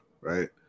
right